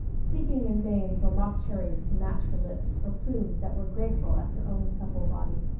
seeking in vain for mock cherries to match her lips or plumes that were graceful as her own supple body.